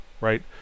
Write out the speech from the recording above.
right